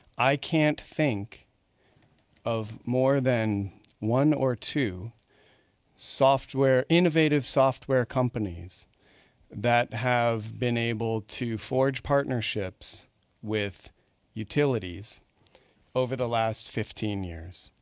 i can't think of more than one or two software, innovative software companies that have been able to forge partnerships utilities over the last fifteen years.